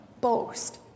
boast